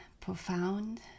profound